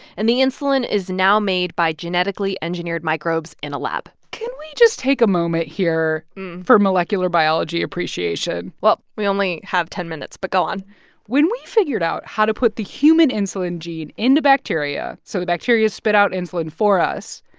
and the insulin is now made by genetically engineered microbes in a lab can we just take a moment here for molecular biology appreciation? well, we only have ten minutes, but go on when we figured out how to put the human insulin gene into bacteria so the bacteria spit out insulin for us,